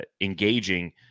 engaging